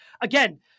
Again